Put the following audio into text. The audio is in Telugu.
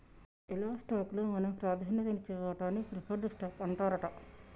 ఎలా స్టాక్ లో మనం ప్రాధాన్యత నిచ్చే వాటాన్ని ప్రిఫర్డ్ స్టాక్ అంటారట